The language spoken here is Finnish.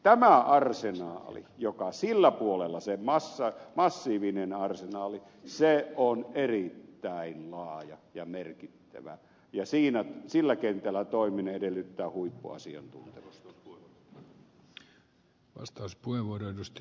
tämä arsenaali joka sillä puolella on se massiivinen arsenaali on erittäin laaja ja merkittävä ja sillä kentällä toimiminen edellyttää huippuasiantuntemusta